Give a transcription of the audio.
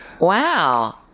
Wow